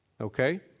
okay